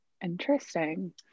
interesting